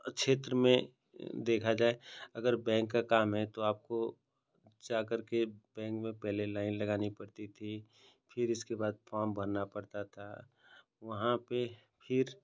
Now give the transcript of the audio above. क्षेत्र में देखा जाए अगर बैंक का काम है तो आपको जा करके बैंक में पहले लाइन लगानी पड़ती थी फिर इसके बाद आपको फॉर्म पड़ता था वहाँ पर फिर